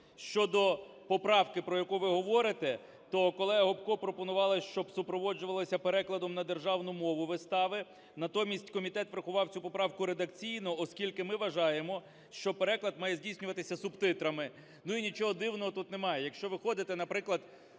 Щодо поправки, про яку ви говорите, то колега Гопко пропонувала, щоб супроводжувалися перекладом на державну мову вистави, натомість комітет врахував цю поправку редакційно, оскільки ми вважаємо, що переклад має здійснюватись субтитрами. І нічого дивного тут немає, якщо ви ходите, наприклад,